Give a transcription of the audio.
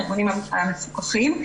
הארגונים המפוקחים,